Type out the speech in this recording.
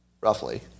roughly